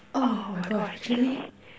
oh my gosh actually